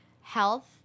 health